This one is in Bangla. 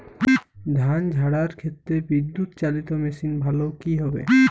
ধান ঝারার ক্ষেত্রে বিদুৎচালীত মেশিন ভালো কি হবে?